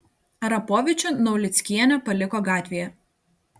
arapovičių naulickienė paliko gatvėje